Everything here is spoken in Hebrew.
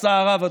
בצער רב,